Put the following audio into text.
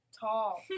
tall